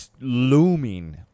looming